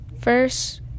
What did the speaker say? First